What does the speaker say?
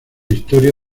historia